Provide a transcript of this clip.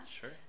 Sure